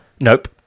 Nope